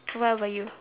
what about you